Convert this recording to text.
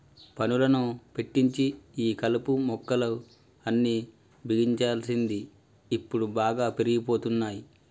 పనులను పెట్టించి ఈ కలుపు మొక్కలు అన్ని బిగించాల్సింది ఇప్పుడు బాగా పెరిగిపోతున్నాయి